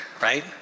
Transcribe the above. right